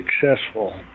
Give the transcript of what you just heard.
successful